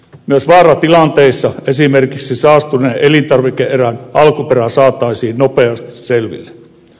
myös vaaratilanteissa esimerkiksi saastuneen elintarvike erän alkuperä saataisiin nopeasti selville